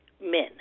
men